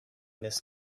this